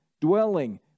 dwelling